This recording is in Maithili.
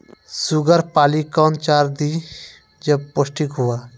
शुगर पाली कौन चार दिय जब पोस्टिक हुआ?